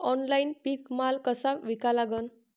Online पीक माल कसा विका लागन?